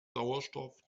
sauerstoff